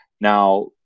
Now